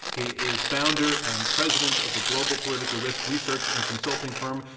he is founder and president of the global political risk research and consulting firm,